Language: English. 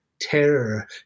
terror